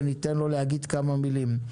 וניתן לו להגיד כמה מילים.